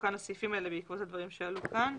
מתוקן לסעיפים האלה בעקבות הדברים שעלו כאן.